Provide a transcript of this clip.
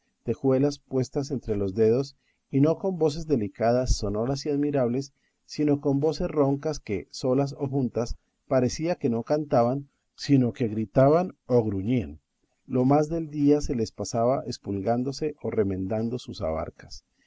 tejuelas puestas entre los dedos y no con voces delicadas sonoras y admirables sino con voces roncas que solas o juntas parecía no que cantaban sino que gritaban o gruñían lo más del día se les pasaba espulgándose o remendando sus abarcas